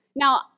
Now